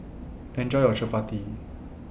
Enjoy your Chappati